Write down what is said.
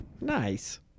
nice